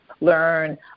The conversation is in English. learn